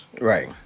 right